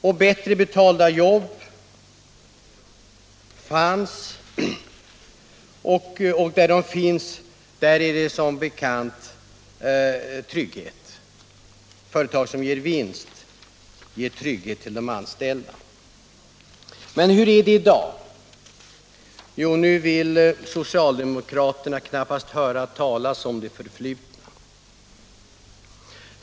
Och bättre betalda jobb fanns och finns som bekant i företag som går med vinst, och sådana ger också trygghet för de anställda. Men hur är det i dag? Jo, nu vill socialdemokraterna knappast höra talas om det förflutna.